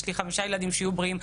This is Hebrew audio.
יש לי חמישה ילדים שיהיו בריאים.